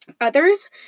others